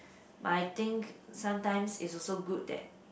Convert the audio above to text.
but I think sometimes is also good that